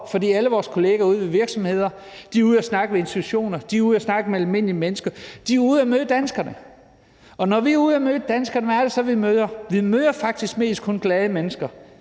at alle vores kolleger er ude i virksomheder; de er ude at snakke med institutioner; de er ude at snakke med almindelige mennesker – de er ude at møde danskerne. Og når vi er ude at møde danskerne, hvem er det så, vi møder? Vi møder faktisk mest kun glade mennesker,